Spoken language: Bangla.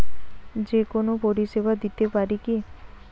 যে কোনো পরিষেবা দিতে পারি কি?